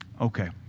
Okay